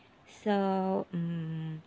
so mm